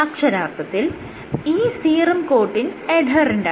അക്ഷരാർത്ഥത്തിൽ ഈ serum coating എഡ്ഹെറെന്റാണ്